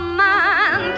man